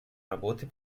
работы